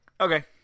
Okay